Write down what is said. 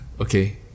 Okay